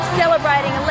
celebrating